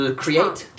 create，